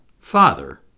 Father